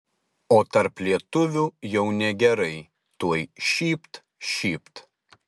o tarp lietuvių jau negerai tuoj šypt šypt